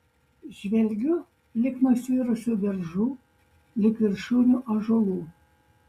žvelgiu lig nusvirusių beržų lig viršūnių ąžuolų